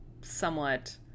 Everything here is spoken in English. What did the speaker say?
somewhat